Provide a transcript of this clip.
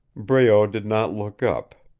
breault did not look up.